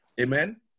Amen